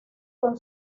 con